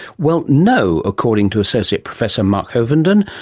well, no, according to associate professor mark hovenden,